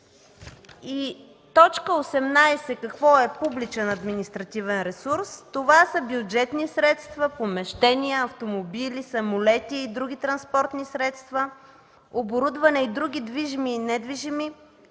и т. 18 – какво е публичен административен ресурс, това са бюджетни средства, помещения, автомобили, самолети и други транспортни средства, оборудване и други движими и недвижими